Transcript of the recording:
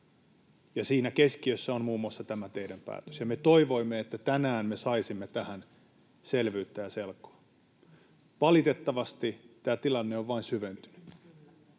ja siinä keskiössä on muun muassa tämä teidän päätöksenne, ja me toivoimme, että tänään me saisimme tähän selvyyttä ja selkoa. Valitettavasti tämä tilanne on vain syventynyt.